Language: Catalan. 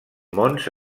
mons